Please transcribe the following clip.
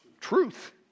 Truth